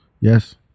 Yes